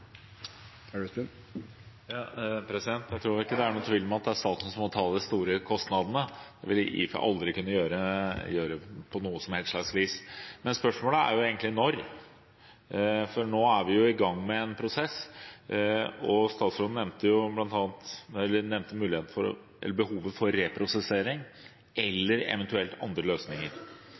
tvil om at det er staten som må ta de store kostnadene. Det vil IFE aldri kunne gjøre på noe som helst slags vis. Men spørsmålet er egentlig: Når? Nå er vi i gang med en prosess, og statsråden nevnte behovet for reprosessering eller eventuelt andre løsninger. Men skal man ha en reprosessering